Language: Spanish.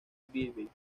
baby